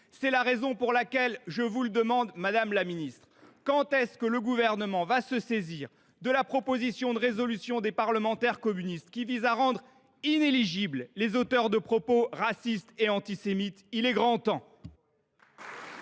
C’est la raison pour laquelle je vous demande, madame la secrétaire d’État, quand le Gouvernement va se saisir de la proposition de résolution des parlementaires communistes qui vise à rendre inéligibles les auteurs de propos racistes et antisémites ? Il est grand temps